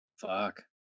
Fuck